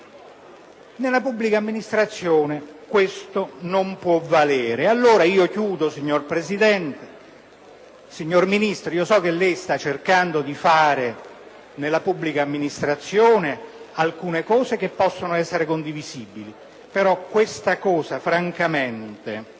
nella pubblica amministrazione non può valere.